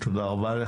תודה רבה.